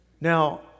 Now